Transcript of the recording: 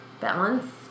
balance